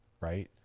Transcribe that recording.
right